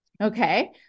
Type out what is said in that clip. Okay